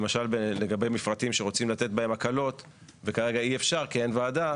למשל לגבי מפרטים שרוצים לת בהם הקלות וכרגע אי-אפשר כי אין ועדה?